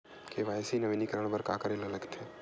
KYC नवीनीकरण बर का का लगथे?